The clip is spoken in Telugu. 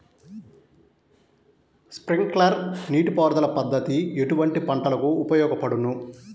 స్ప్రింక్లర్ నీటిపారుదల పద్దతి ఎటువంటి పంటలకు ఉపయోగపడును?